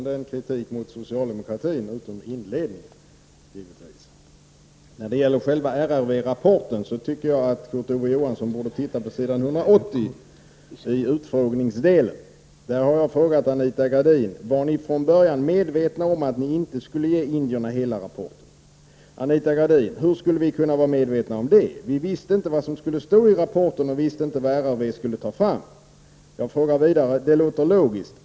Herr talman! I mitt huvudanförande framförde jag kritik mot socialdemokratin. Beträffande RRV-rapporten tycker jag att Kurt Ove Johansson bör läsa vad som står på s. 180 i utfrågningsdelen. Där frågar jag Anita Gradin: ”Var ni från början medvetna om att ni inte skulle ge indierna hela rapporten?” Anita Gradin svarade: ”Hur skulle vi kunna vara medvetna om det? Vi visste inte vad som skulle stå i rapporten och visste inte vad RRV skulle ta fram.” Jag frågade vidare: ”Det låter logiskt.